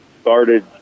started